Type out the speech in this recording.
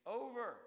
over